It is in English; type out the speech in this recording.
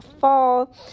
fall